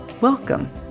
Welcome